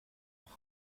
nach